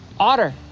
Otter